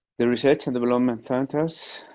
the research and development centers.